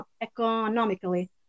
Economically